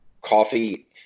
coffee